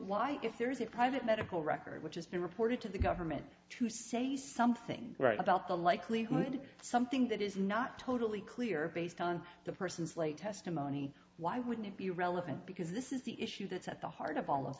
why if there's a private medical record which has been reported to the government to say something about the likelihood something that is not totally clear based on the person's lay testimony why wouldn't it be relevant because this is the issue that's at the heart of all of